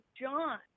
John